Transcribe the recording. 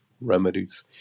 remedies